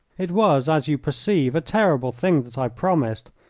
it was, as you perceive, a terrible thing that i promised,